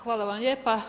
Hvala vam lijepa.